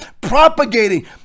propagating